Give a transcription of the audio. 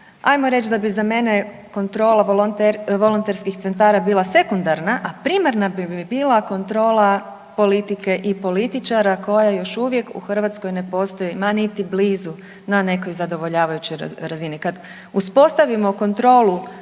Ajmo reć da bi za mene kontrola volonterskih centara bila sekundara, a primarna bi mi bila kontrola politike i političara koja još uvijek u Hrvatskoj ne postoji ma niti blizu na nekoj zadovoljavajućoj razini. Kad uspostavimo kontrolu